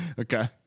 Okay